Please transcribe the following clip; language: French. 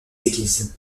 églises